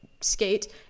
skate